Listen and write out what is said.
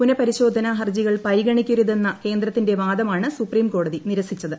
പുനഃപരിശോധന ഹർജികൾ പരിഗണിക്കരുതെന്ന കേന്ദ്രത്തിന്റെ വാദമാണ് സുപ്രിംകോടതി നിരസിച്ചത്